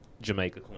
Jamaica